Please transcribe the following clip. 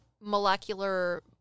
molecular